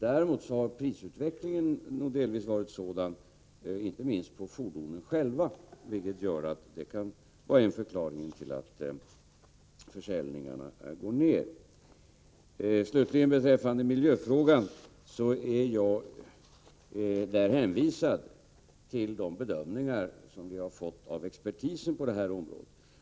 Däremot har prisutvecklingen inte minst på fordonen själva nog delvis varit sådan att detta kan vara en förklaring till att försäljningen minskar. Slutligen: Beträffande miljöfrågan är jag hänvisad till de bedömningar som vi har fått av expertisen på området.